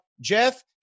jeff